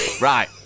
Right